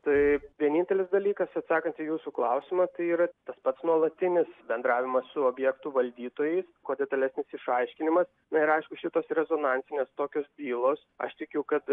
tai vienintelis dalykas atsakant į jūsų klausimą tai yra tas pats nuolatinis bendravimas su objektų valdytojais kuo detalesnis išaiškinimas na ir aišku šitos rezonansinės tokios bylos aš tikiu kad